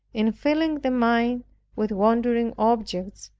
in filling the mind with wandering objects,